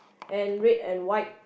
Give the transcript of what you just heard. and red and white